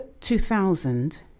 2000